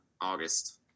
August